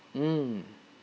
mm